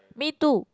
me too